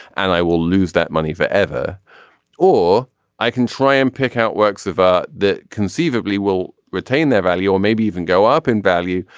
and i will lose that money forever or i can try and pick out works of art that conceivably will retain their value or maybe even go up in value.